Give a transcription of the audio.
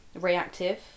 reactive